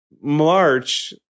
March